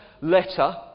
letter